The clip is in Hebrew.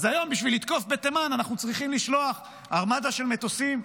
אז היום בשביל לתקוף בתימן אנחנו צריכים לשלוח ארמדה של מטוסים,